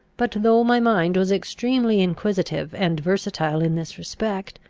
but though my mind was extremely inquisitive and versatile in this respect,